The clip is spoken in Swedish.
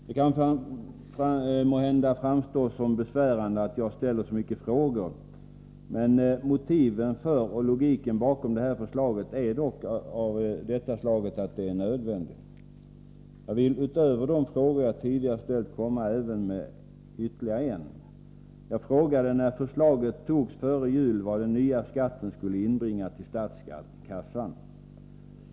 Det kan måhända framstå som besvärande att jag ställer så många frågor, men motiven för och logiken bakom det här förslaget är dock av det slaget att det är nödvändigt. Jag vill, utöver de frågor som jag tidigare har ställt, komma med ytterligare en. Jag frågade när förslaget fattades före jul vad den nya skatten skulle inbringa till statskassan.